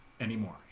anymore